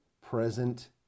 present